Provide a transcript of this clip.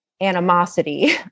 animosity